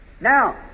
Now